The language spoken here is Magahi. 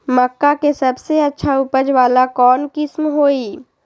मक्का के सबसे अच्छा उपज वाला कौन किस्म होई?